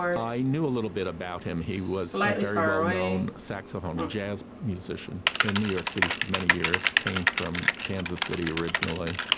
i knew a little bit about him, he was a very well-known saxophone and jazz musician in new york city for many years, came from kansas city originally.